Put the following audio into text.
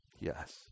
yes